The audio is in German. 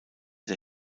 der